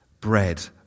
bread